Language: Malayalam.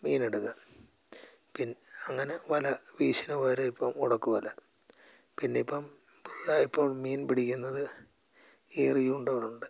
മീനെടുക്കാം പിൻ അങ്ങനെ വല വീശിന് പകരം ഇപ്പം ഉടക്കുവല പിന്നെ ഇപ്പം ഇപ്പം മീൻ പിടിക്കുന്നത് ഏറ് ചൂണ്ടകളുണ്ട്